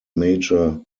major